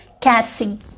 Cassie